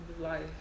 life